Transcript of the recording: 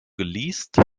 geleast